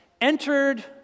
entered